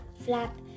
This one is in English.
flap